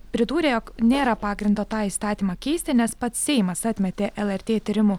pridūrė jog nėra pagrindo tą įstatymą keisti nes pats seimas atmetė lrt tyrimų